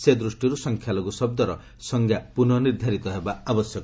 ସେ ଦୂଷ୍ଟିରୁ ସଂଖ୍ୟାଲଘୁ ଶବ୍ଦର ସଂଜ୍ଞା ପୁନଃ ନିର୍ଦ୍ଧାରିତ ହେବା ଆବଶ୍ୟକ